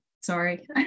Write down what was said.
sorry